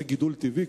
זה גידול טבעי?